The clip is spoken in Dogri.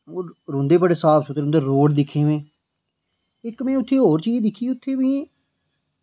ओह् रौंह्दे बड़े साफ सुथरे उं'दे रोड़ दिक्खे में इक में उत्थै और चीज दिक्खी उत्थै मी